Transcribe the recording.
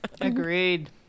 Agreed